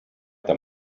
that